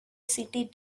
city